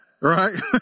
right